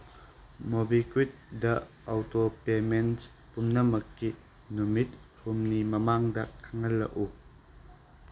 ꯃꯣꯕꯤꯀ꯭ꯋꯤꯛꯗ auto payments ꯄꯨꯝꯅꯃꯛꯀꯤ ꯅꯨꯃꯤꯠ ꯍꯨꯝꯅꯤ ꯃꯃꯥꯡꯗ ꯈꯪꯍꯜꯂꯛꯎ